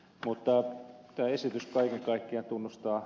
mutta tämä esitys kaiken kaikkiaan tuntuu hyvältä